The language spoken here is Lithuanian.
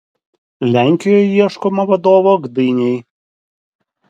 lenkijoje ieškoma vadovo gdynei